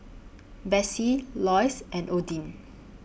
Besse Loyce and Odin